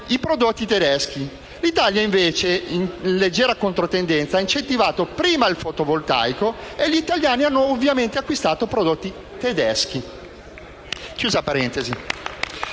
i prodotti tedeschi. L'Italia invece, in leggera controtendenza, ha incentivato prima il fotovoltaico e gli italiani ovviamente hanno acquistato prodotti tedeschi.